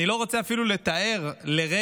אני לא רוצה לתאר לרגע